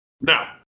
Now